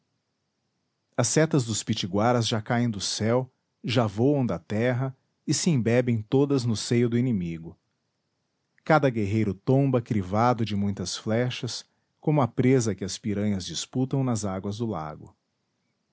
as setas dos pitiguaras já caem do céu já voam da terra e se embebem todas no seio do inimigo cada guerreiro tomba crivado de muitas flechas como a presa que as piranhas disputam nas águas do lago